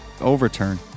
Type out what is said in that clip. overturn